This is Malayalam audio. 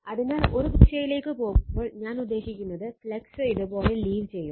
അതിനാൽ ഒരു ദിശയിലേക്ക് പോകുമ്പോൾ ഞാൻ ഉദ്ദേശിക്കുന്നത് ഫ്ലക്സ് ഇതുപോലെ ലീവ് ചെയ്യും